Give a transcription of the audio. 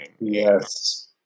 Yes